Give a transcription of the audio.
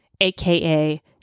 aka